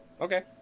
Okay